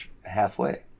halfway